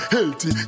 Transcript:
Healthy